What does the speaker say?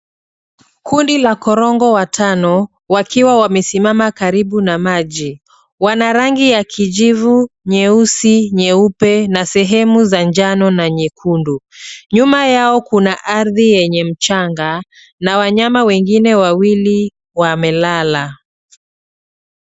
Kundi la korongo watano wakiwa wamesimama karibu na maji. Wana rangi ya kijivu, nyeusi, nyeupe na sehemu za njano na nyekundu. Nyuma yao kuna ardhi yenye mchanga na wanyama wengine wawili wamelala.